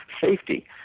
safety